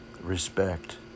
respect